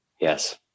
Yes